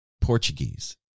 Portuguese